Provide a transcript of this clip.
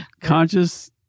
conscious